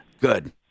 Good